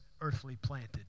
earthly-planted